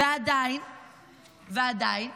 ואת זה ראינו,